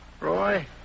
Roy